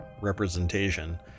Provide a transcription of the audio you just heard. representation